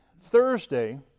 Thursday